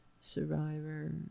Survivor